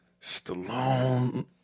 Stallone